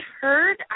heard